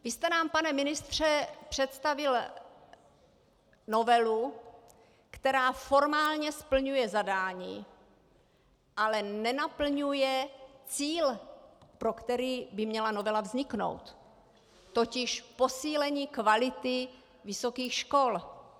Vy jste nám, pane ministře, představil novelu, která formálně splňuje zadání, ale nenaplňuje cíl, pro který by měla novela vzniknout, totiž posílení kvality vysokých škol.